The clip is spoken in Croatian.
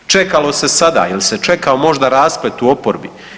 Čekalo se sada, je li se čekao možda rasplet u oporbi?